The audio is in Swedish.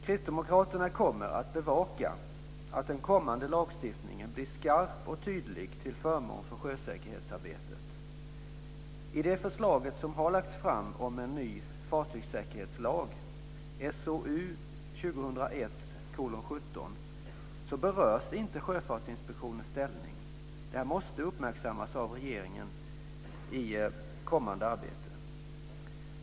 Kristdemokraterna kommer att bevaka att den kommande lagstiftningen blir skarp och tydlig till förmån för sjösäkerhetsarbetet. I det förslag som har lagts fram om en ny fartygssäkerhetslag, SOU 2001:17, berörs inte Sjöfartsinspektionens ställning. Den måste uppmärksammas av regeringen i kommande arbete.